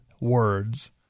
words